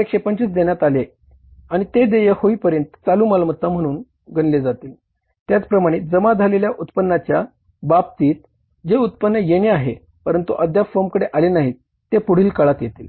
expenses बाबतीत जे उत्पन्न येणे आहे परंतु अद्याप फर्मकडे आले नाही ते पुढील काळात येतील